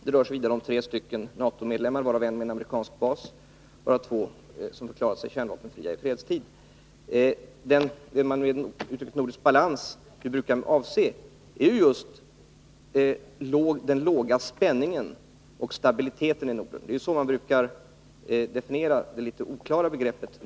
Det rör sig vidare om tre NATO-medlemmar, varav en har en amerikansk bas och två har förklarat sig kärnvapenfria i fredstid. Det man brukar avse med uttrycket nordisk balans är den låga spänningen och stabiliteten i Norden — det är så man brukar definiera detta litet oklara begrepp.